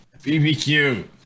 BBQ